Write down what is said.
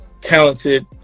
talented